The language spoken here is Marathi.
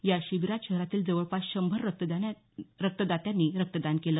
या शिबिरात शहरातील जवळपास शंभर रक्तदात्यांनी रक्तदान केलं